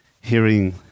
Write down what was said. hearing